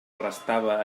restava